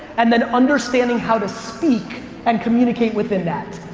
and then understanding how to speak and communicate within that.